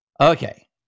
Okay